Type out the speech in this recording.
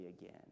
again